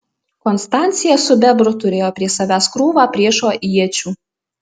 konstancija su bebru turėjo prie savęs krūvą priešo iečių